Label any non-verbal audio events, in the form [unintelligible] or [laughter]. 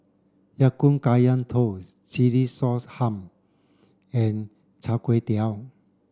Ya Kun Kaya Toast Chilli Sauce [unintelligible] and Chai Kuay Tow